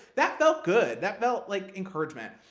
that felt good. that felt like encouragement.